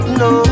no